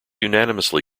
unanimously